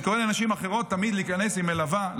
אני קורא לנשים אחרות תמיד להיכנס עם מלווה,